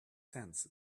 sense